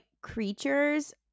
creatures